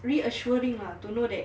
reassuring lah to know that